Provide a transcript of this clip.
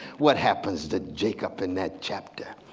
what happens to jacob in that chapter?